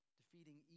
defeating